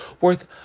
worth